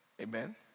Amen